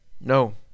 No